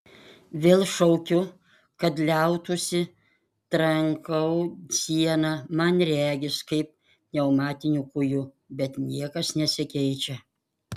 vėl šaukiu kad liautųsi trankau sieną man regis kaip pneumatiniu kūju bet niekas nesikeičia